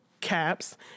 Caps